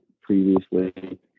previously